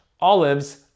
olives